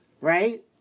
Right